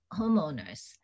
homeowners